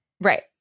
Right